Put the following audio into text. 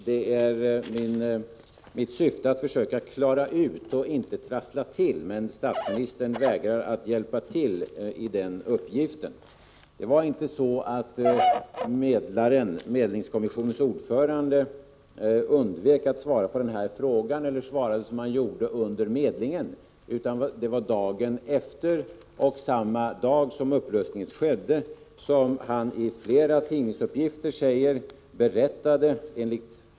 Fru talman! Mitt syfte är att försöka klara ut och inte att trassla till, men statsministern vägrar att hjälpa till i den uppgiften. Det var inte så att medlingskommissionens ordförande undvek att svara på den här frågan under medlingen, utan det var dagen efter och samma dag som upplösningen skedde som han uttalade sig i flera tidningar.